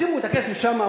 שימו את הכסף שם,